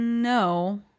No